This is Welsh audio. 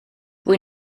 rydw